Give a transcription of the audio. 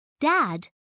Dad